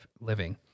living